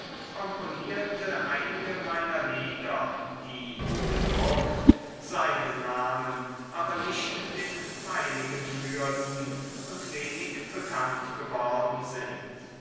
komponierte einige meiner lieder die gedruckt seinen namen aber nicht den meinigen führten und wenig bekannt geworden sind